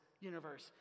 universe